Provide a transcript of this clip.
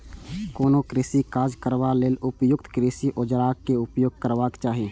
कोनो कृषि काज करबा लेल उपयुक्त कृषि औजारक उपयोग करबाक चाही